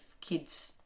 kids